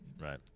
Right